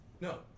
No